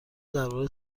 درباره